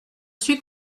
suis